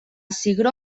cigró